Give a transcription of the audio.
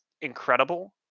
incredible